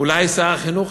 אולי שר החינוך,